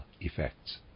effects